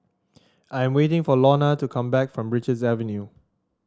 I'm waiting for Launa to come back from Richards Avenue